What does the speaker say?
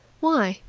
why?